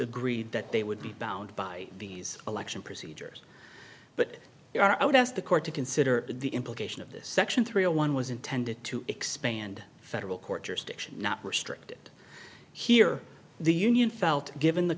agreed that they would be bound by these election procedures they are i would ask the court to consider the implication of this section three a one was intended to expand federal court jurisdiction not restricted here the union felt given the